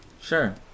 Sure